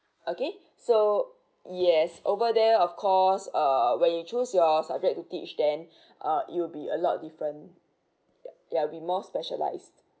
okay so yes over there of course uh when you choose your subject to teach then uh it will be a lot different yeah yeah will be more specialised